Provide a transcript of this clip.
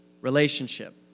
Relationship